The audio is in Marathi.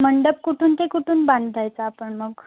मंडप कुठून ते कुठून बांधायचा आपण मग